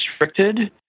restricted